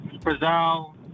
Brazil